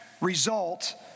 result